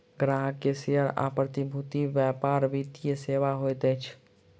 ग्राहक के शेयर आ प्रतिभूति व्यापार वित्तीय सेवा होइत अछि